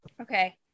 Okay